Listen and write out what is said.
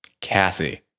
Cassie